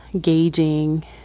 gauging